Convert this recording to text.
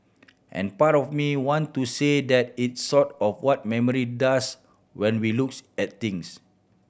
and part of me want to say that it's sort of what memory does when we looks at things